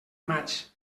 maig